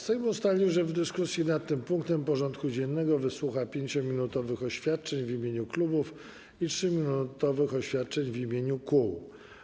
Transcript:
Sejm ustalił, że w dyskusji nad tym punktem porządku dziennego wysłucha 5-minutowych oświadczeń w imieniu klubów i 3-minutowych oświadczeń w imieniu kół.